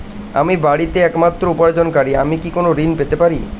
আমি বাড়িতে একমাত্র উপার্জনকারী আমি কি কোনো ঋণ পেতে পারি?